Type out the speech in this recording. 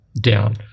down